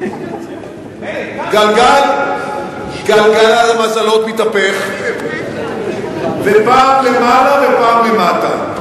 גלגל המזלות מתהפך ופעם למעלה ופעם למטה.